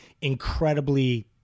incredibly